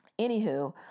Anywho